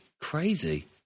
crazy